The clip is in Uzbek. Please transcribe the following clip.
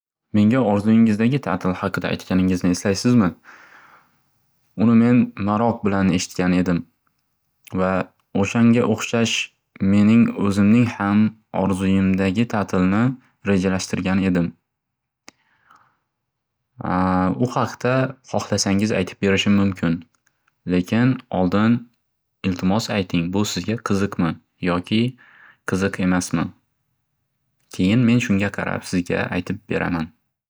Menga orzuyingizdagi tatil haqida aytganingizni eslaysizmi? Uni men maroq bilan eshitgan edim va o'shanga o'xshash mening o'zimning ham orzuyimdagi tatilni rejalashtrgan edim. U haqda hohlasangiz aytib berishim mumkin. Lekin, oldin, iltimos ayting bu sizga qiziqmi yoki qiziq emasmi? Keyin men shunga qarab, sizga aytib beraman.